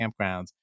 campgrounds